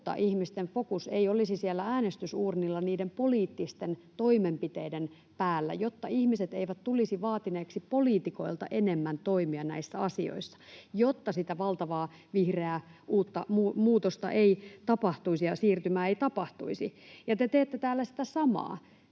jotta ihmisten fokus ei olisi siellä äänestysuurnilla niiden poliittisten toimenpiteiden päällä ja jotta ihmiset eivät tulisi vaatineeksi poliitikoilta enemmän toimia näissä asioissa, jotta sitä valtavaa vihreää uutta muutosta ja siirtymää ei tapahtuisi. Te teette täällä sitä samaa.